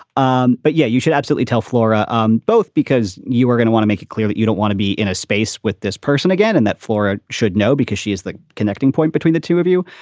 um but yeah, you should absolutely tell flora um both because you are going to wanna make it clear that you don't want to be in a space with this person again, and that a should know because she is the connecting point between the two of you,